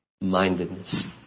mindedness